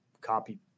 copy